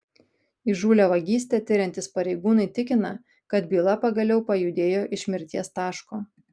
įžūlią vagystę tiriantys pareigūnai tikina kad byla pagaliau pajudėjo iš mirties taško